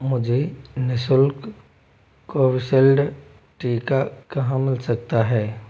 मुझे निशुल्क कोविशील्ड टीका कहाँ मिल सकता है